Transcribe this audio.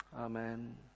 Amen